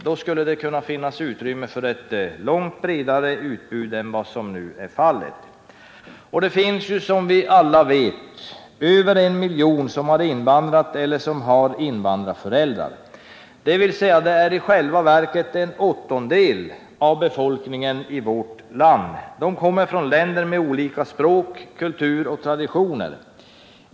En sådan skulle ge ett långt bredare utbud än vad som nu är fallet. Som alla vet finns det över en miljon invandrare eller människor vilkas föräldrar har invandrat till Sverige. Den gruppen utgör i själva verket en åttondel av landets befolkning. De kommer från länder med olika språk, kultur och traditioner.